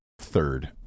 third